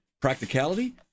practicality